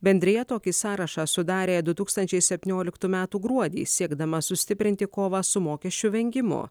bendrija tokį sąrašą sudarė du tūkstančiai septynioliktų metų gruodį siekdama sustiprinti kovą su mokesčių vengimu